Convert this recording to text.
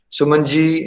Sumanji